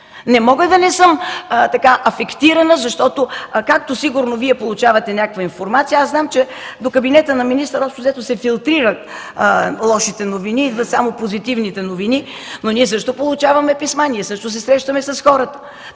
Не мога да не съм афектирана, защото аз, както сигурно и Вие получавате някаква информация, знам, че до кабинета на министъра общо взето се филтрират лошите новини, идват само позитивните новини, но ние също получаваме писма, ние също се срещаме с хората.